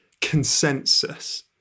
consensus